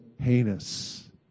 heinous